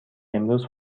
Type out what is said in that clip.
امروز